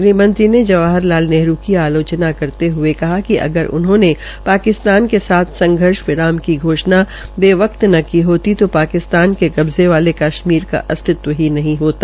गृहमंत्री ने जवाहर लाल नेहरू की आलोचना करते हये कहा कि अगर उन्होंने पाकिस्तान के संघर्ष विराम की घोषणा वेवक्त न की होती तो पाकिस्तान के कब्जे वाले कश्मीर का अस्तित्व ही न होता